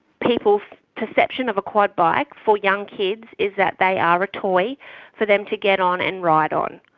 people's perception of a quad bike for young kids is that they are a toy for them to get on and ride on.